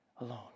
alone